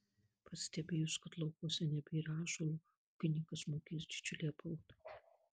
pastebėjus kad laukuose nebėra ąžuolo ūkininkas mokės didžiulę baudą